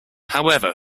however